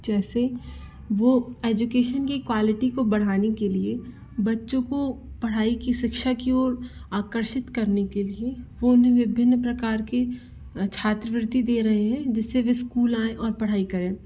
जैसे वो एजुकेशन की क्वालिटी को बढ़ाने के लिए बच्चों को पढ़ाई की शिक्षा की ओर आकर्षित करने के लिए वो उन्हें विभिन्न प्रकार की छात्रवृति दे रहे है जिस से वे स्कूल आएं और पढ़ाई करें